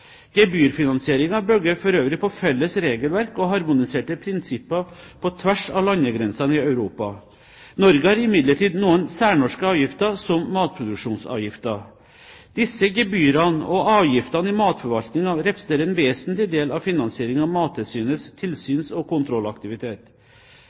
bygger for øvrig på felles regelverk og harmoniserte prinsipper på tvers av landegrensene i Europa. Norge har imidlertid noen særnorske avgifter, som matproduksjonsavgiften. Disse gebyrene og avgiftene i matforvaltningen representerer en vesentlig del av finansieringen av Mattilsynets